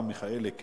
אני